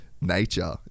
nature